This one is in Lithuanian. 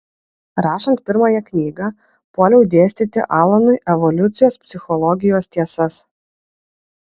rašant pirmąją knygą puoliau dėstyti alanui evoliucijos psichologijos tiesas